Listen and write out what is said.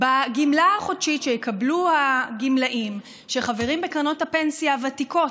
בגמלה החודשית שיקבלו הגמלאים שחברים בקרנות הפנסיה הוותיקות.